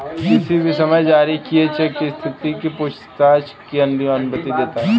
किसी भी समय जारी किए चेक की स्थिति की पूछताछ की अनुमति देता है